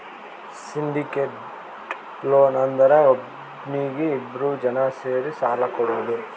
syndicated loan ಅಂದುರ್ ಒಬ್ನೀಗಿ ಇಬ್ರು ಜನಾ ಸೇರಿ ಸಾಲಾ ಕೊಡೋದು